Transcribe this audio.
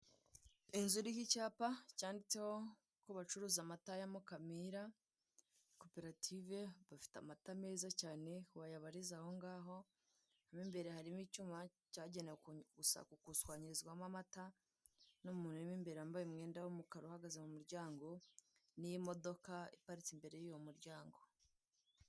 Inzu irihoicyapa cyanditse ko bacuruza amata Mukamira, koperative bafite amata meza cyane wayabariza ahongaho, mo imbere harimo icyuma cyagenewe gukusanyirizwamo amata, n'umuntu urimo imbere yambaye umwenda w'umukara, uhagaze mu muryango n'imodoka iparitse imbere y'uwo muryango.